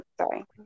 sorry